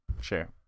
sure